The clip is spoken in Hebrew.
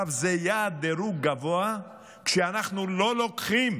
זה יעד גירעון גבוה, כשאנחנו לא לוקחים